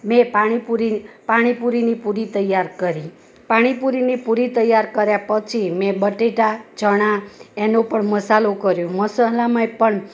મેં પાણીપુરી પાણીપુરીની પુરી તૈયાર કરી પાણીપુરીની પુરી તૈયાર કર્યા પછી મેં બટેટા ચણા એનો પણ મસાલો કર્યો મસાલા પણ